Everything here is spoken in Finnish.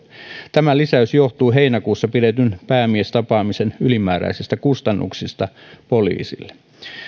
tämä lisäys johtuu heinäkuussa pidetyn päämiestapaamisen ylimääräisistä kustannuksista poliisille